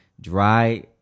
dry